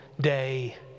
day